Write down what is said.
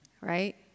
right